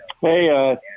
Hey